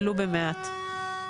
ולו במעט.